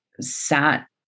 sat